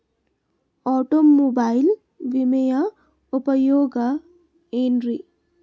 Automobile ವಿಮೆಯ ಉಪಯೋಗ ಏನ್ರೀ?